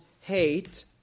hate